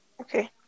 Okay